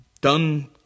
done